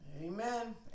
Amen